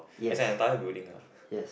as an entire building ah